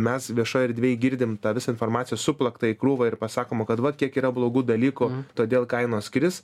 mes viešoj erdvėj girdim tą visą informaciją suplaktą į krūvą ir pasakoma kad va kiek yra blogų dalykų todėl kainos kris